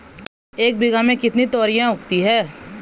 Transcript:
एक बीघा में कितनी तोरियां उगती हैं?